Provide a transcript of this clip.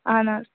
اَہَن حظ